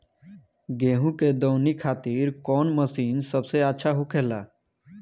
गेहु के दऊनी खातिर कौन मशीन सबसे अच्छा होखेला?